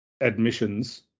admissions